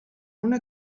una